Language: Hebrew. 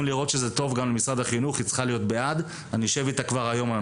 היה טוב אם הייתה יחידה צבאית שהיא מרכזת